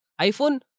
iPhone